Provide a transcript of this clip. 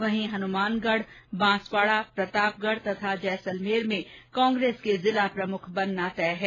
वहीं हनुमानगढ बांसवाडा प्रतापगढ तथा जैसलमेर में कांग्रेस के जिला प्रमुख बनना तय है